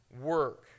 work